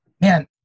man